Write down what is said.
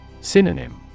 Synonym